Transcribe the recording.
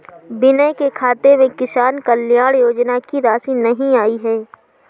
विनय के खाते में किसान कल्याण योजना की राशि नहीं आई है